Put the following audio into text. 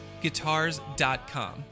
Guitars.com